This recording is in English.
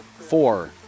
four